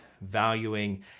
valuing